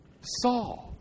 Saul